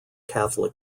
catholic